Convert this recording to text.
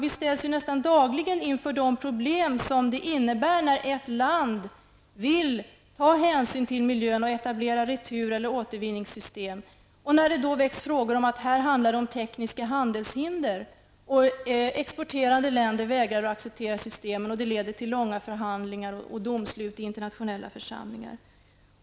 Vi ställs nästan dagligen inför de problem som uppkommer när ett land vill ta hänsyn till miljön och etablera retur eller återvinningssystem. Då väcks frågor om huruvida det inte handlar om tekniska handelshinder, och exporterande ländet vägrar att acceptera systemen. Detta leder sedan till långa förhandlingar och till domslut i internationella församlingar.